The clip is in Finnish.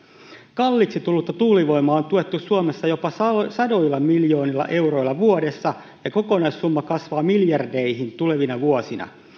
kalliiksi tullutta tuulivoimaa on tuettu suomessa jopa sadoilla miljoonilla euroilla vuodessa ja kokonaissumma kasvaa miljardeihin tulevina vuosina